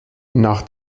nach